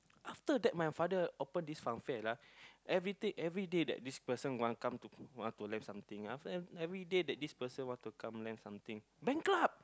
after that my father open this fun fair lah everything everyday that this person want to come to lend something bankrupt